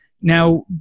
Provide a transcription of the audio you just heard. Now